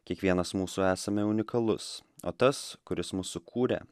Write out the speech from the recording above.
kiekvienas mūsų esame unikalus o tas kuris mus sukūrė